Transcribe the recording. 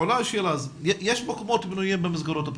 עולה השאלה, יש מקומות פנויים במסגרות הפתוחות,